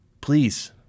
Please